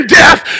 death